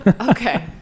Okay